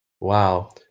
wow